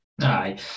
Aye